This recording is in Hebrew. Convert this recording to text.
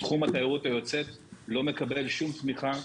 תחום התיירות היוצאת לא מקבל שום תמיכה.